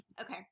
Okay